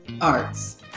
arts